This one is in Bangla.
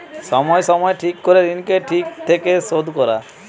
সময় সময় ঠিক করে ঋণকে ঠিক থাকে শোধ করা